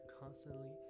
constantly